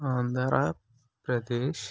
Andhra Pradesh